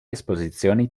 esposizioni